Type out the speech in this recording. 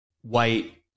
white